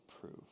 prove